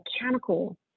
mechanical